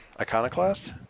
Iconoclast